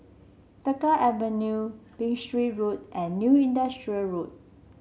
Tengah Avenue Berkshire Road and New Industrial Road